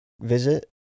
visit